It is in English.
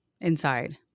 inside